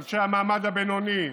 אנשי המעמד הבינוני,